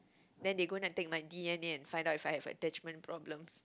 then they go and take my D_N_A and find out if I have attachment problems